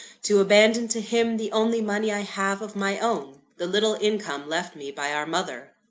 to abandon to him the only money i have of my own the little income left me by our mother.